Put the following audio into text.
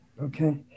Okay